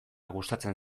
gustatzen